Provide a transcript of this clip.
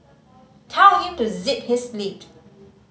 tell him to zip his lip